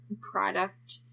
product